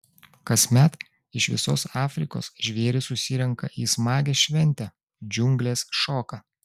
kasmet iš visos afrikos žvėrys susirenka į smagią šventę džiunglės šoka